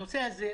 הנושא הזה,